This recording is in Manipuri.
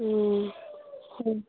ꯑꯥ ꯍꯣꯏ